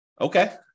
Okay